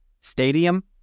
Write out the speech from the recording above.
stadium